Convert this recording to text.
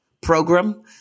Program